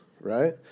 right